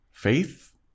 Faith